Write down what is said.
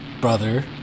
brother